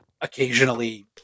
occasionally